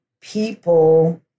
people